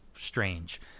strange